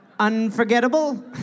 Unforgettable